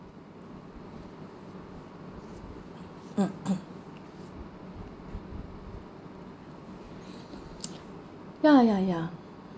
ya ya ya